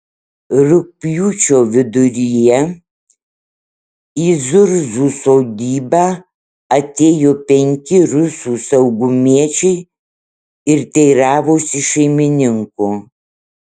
rugpjūčio viduryje į zurzų sodybą atėjo penki rusų saugumiečiai ir teiravosi šeimininko